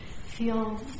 feel